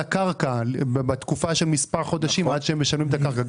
הקרקע בתקופה של מספר החודשים עד שהם משלמים את הקרקע.